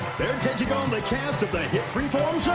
they're taking on the cast of the hit freeform